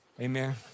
Amen